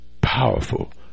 powerful